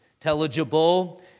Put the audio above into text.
intelligible